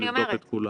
ולבדוק את כולם.